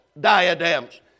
diadems